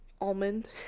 almond